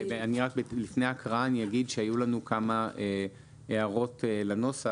לפני ההקראה אני אמר שהיו לנו כמה הערות לנוסח.